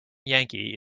yankee